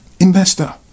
investor